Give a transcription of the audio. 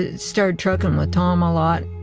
ah started truckin' with tom a lot.